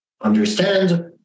understand